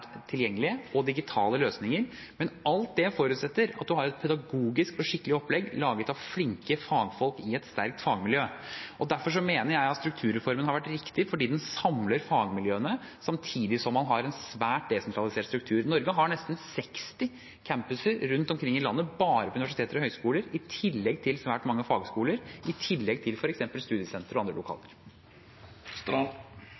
tilgjengelige, og digitale løsninger. Men alt det forutsetter at man har et pedagogisk og skikkelig opplegg laget av flinke fagfolk i et sterkt fagmiljø. Derfor mener jeg at strukturreformen har vært riktig, fordi den samler fagmiljøene samtidig som man har en svært desentralisert struktur. Norge har nesten 60 campuser rundt omkring i landet bare på universiteter og høyskoler, i tillegg til svært mange fagskoler og f.eks. studiesentre og andre